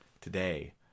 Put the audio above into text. today